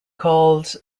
called